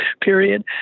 period